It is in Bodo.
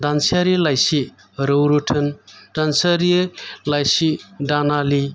दानसेयारि लाइसि रौ रोथोन दानसेयारि लाइसि दानालि